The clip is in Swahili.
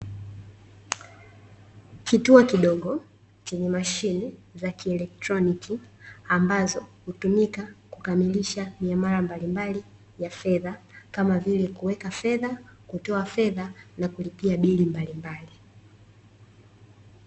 Kituo kidogo chenye mashine za kielektroniki ambazo hutumika kukamilisha miamala mbali mbali ya fedha kama vile kuweka fedha, kutoa fedha na kulipia bili mbali mbali.